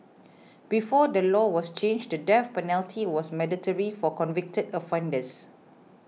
before the law was changed the death penalty was mandatory for convicted offenders